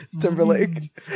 Timberlake